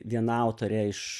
viena autorė iš